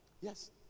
Yes